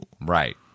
Right